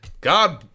God